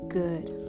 good